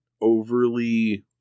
overly